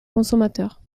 consommateurs